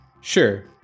Sure